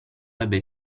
ebbe